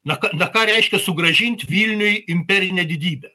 na ka na ką reiškia sugrąžinti vilniui imperinę didybę